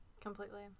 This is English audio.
Completely